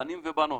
בנים ובנות,